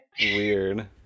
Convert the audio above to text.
Weird